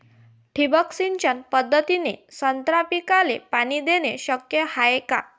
ठिबक सिंचन पद्धतीने संत्रा पिकाले पाणी देणे शक्य हाये का?